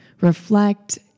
reflect